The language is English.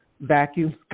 vacuum